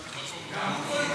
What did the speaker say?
21) (הסדרת השימוש במקווה טהרה),